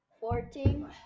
Fourteen